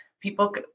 people